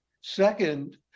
Second